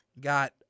got